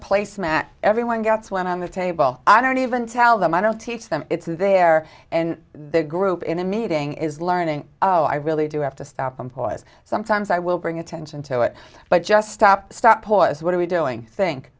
placemat everyone gets one on the table i don't even tell them i don't teach them it's there and the group in a meeting is learning oh i really do have to stop and pause sometimes i will bring attention to it but just stop stop pause what are we doing think